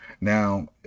now